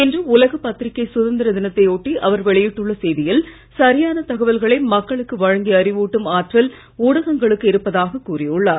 இன்று உலக பத்திரிக்கை சுதந்திர தினத்தை ஒட்டி அவர் வெளியிட்டுள்ள செய்தியில் சரியான தகவல்களை மக்களுக்கு வழங்கி அறிவூட்டும் ஆற்றல் ஊடகங்களுக்கு இருப்பதாக கூறியுள்ளார்